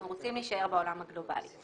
אנחנו רוצים להישאר בעולם הגלובלי.